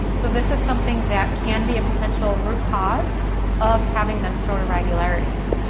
so this is something that can be a potential root cause of having menstrual irregularities.